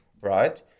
right